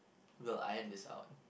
will iron this out